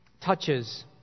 touches